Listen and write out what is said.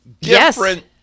different